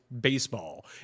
baseball